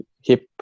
hip